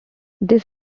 this